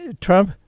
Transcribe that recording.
Trump